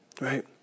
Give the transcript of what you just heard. right